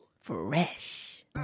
Fresh